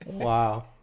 Wow